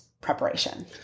preparation